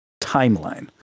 timeline